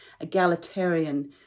egalitarian